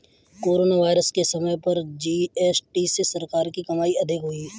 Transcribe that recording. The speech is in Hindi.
कोरोना वायरस के समय पर जी.एस.टी से सरकार की कमाई अधिक हुई